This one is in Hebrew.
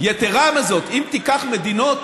יתרה מזאת, אם תיקח מדינות